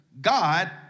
God